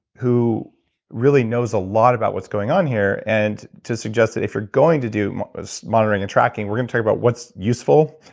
who really knows a lot about what's going on here, and to suggest that if you're going to do monitoring and tracking, we're going tell about what's useful.